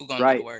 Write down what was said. right